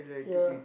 ya